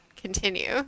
continue